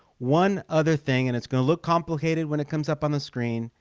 one other thing and it's going to look complicated when it comes up on the screen,